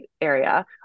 area